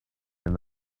and